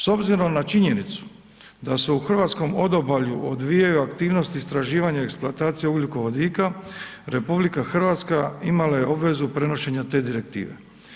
S obzirom na činjenicu da se u hrvatskom odobalju odvijaju aktivnosti istraživanja i eksploatacije ugljikovodika, RH imala je obvezu prenošenja te Direktive.